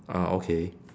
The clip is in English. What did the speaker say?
ah okay